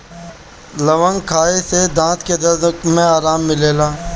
लवंग खाए से दांत के दरद में आराम मिलेला